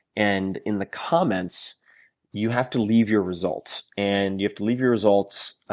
and in the comments you have to leave your results. and you have to leave your results